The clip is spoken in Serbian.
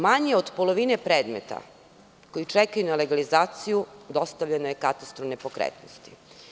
Manje od polovine predmeta koji čekaju na legalizaciju dostavljeno je katastru nepokretnosti.